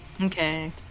Okay